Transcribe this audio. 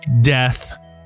death